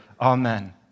Amen